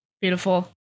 Beautiful